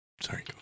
sorry